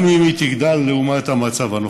גם אם היא תגדל לעומת המצב הנוכחי.